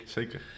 Zeker